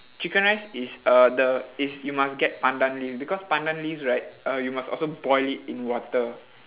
chicken rice is uh the is you must get pandan leaves because pandan leaves right uh you must also boil it in water